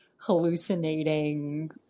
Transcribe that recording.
hallucinating